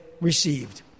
received